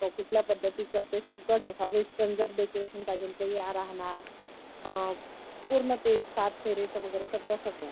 कुठल्या पद्धतीचं ते सगळं जसं वेस्टन जर डेकोरेशन पायजेल तरी आ राहणार पूर्न ते सात फेरेचं वगैरे सगळं सगळं